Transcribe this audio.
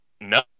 No